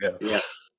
Yes